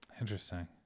Interesting